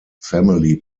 family